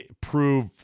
prove